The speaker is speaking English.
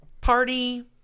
Party